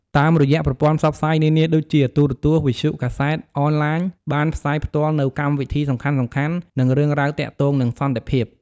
តាមរយៈប្រព័ន្ធផ្សព្វផ្សាយនានាដូចជា ទូរទស្សន៍ វិទ្យុ កាសែត អនឡាញ បានផ្សាយផ្ទាល់នូវកម្មវិធីសំខាន់ៗ និងរឿងរ៉ាវទាក់ទងនឹងសន្តិភាព។